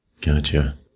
Gotcha